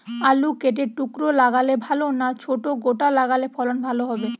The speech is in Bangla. আলু কেটে টুকরো লাগালে ভাল না ছোট গোটা লাগালে ফলন ভালো হবে?